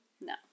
No